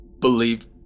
believe